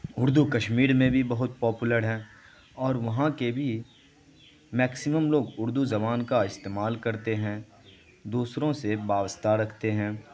اردو کشمیر میں بھی بہت پاپولر ہے اور وہاں کے بھی میکسمم لوگ اردو زبان کا استعمال کرتے ہیں دوسروں سے وابستہ رکھتے ہیں